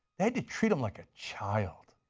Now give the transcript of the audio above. they had to treat him like a child.